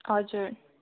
हजुर